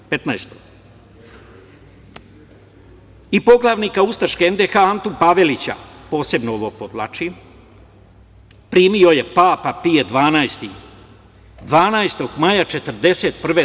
Petnaesto i poglavnika ustaške NDH Antu Pavelića, posebno ovo podvlačim, primio je papa Pije XII, 12. maja 1941. godine.